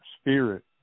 spirit